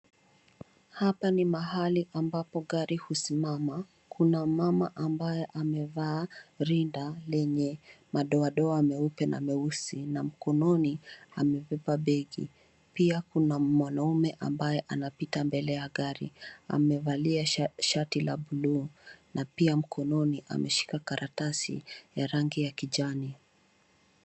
Hapa ni mahali ambapo gari husimama, kuna mama ambaye amevaa rinda lenye madoa doa meupe na meusi, na mkononi amebeba begi. Pia kuna mwanaume ambaye anapita mbele ya gari, amevalia shati la buluu na pia mkononi ameshika karatasi ya rangi ya kijani.